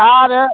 आरो